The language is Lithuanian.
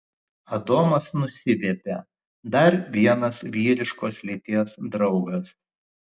adomas nusiviepė dar vienas vyriškos lyties draugas